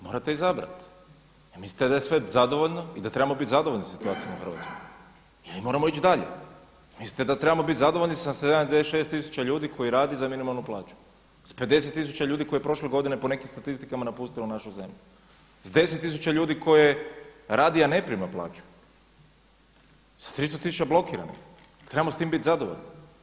Morate izabrati, … mislite da je sve zadovoljno i da trebamo biti zadovoljni sa situacijom u Hrvatskoj, jeli moramo ići dalje. mislite da trebamo biti zadovoljni sa 76 tisuća ljudi koji radi za minimalnu plaću s 50 tisuća ljudi koje je prošle godine po nekim statistikama napustilo našu zemlju, s 10 tisuća ljudi koje radi, a ne prima plaću, sa 300 tisuća blokiranih, trebamo biti s tim zadovoljni?